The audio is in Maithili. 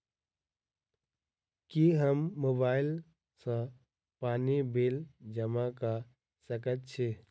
की हम मोबाइल सँ पानि बिल जमा कऽ सकैत छी?